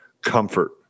comfort